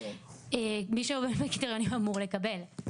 מי שעומד בקריטריונים אמור לקבל.